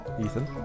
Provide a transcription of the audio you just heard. ethan